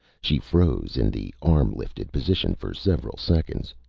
she froze in the arm-lifted position for several seconds,